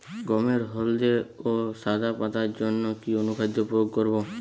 গমের হলদে ও সাদা পাতার জন্য কি অনুখাদ্য প্রয়োগ করব?